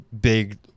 big